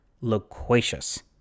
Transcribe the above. loquacious